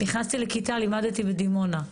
נכנסתי לכיתה, לימדתי בדימונה.